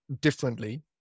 differently